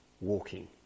walking